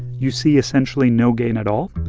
you see essentially no gain at all.